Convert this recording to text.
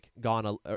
gone